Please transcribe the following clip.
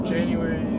January